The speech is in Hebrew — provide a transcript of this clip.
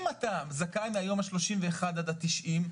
אם אדם זכאי מהיום ה-31 עד ה-90,